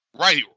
right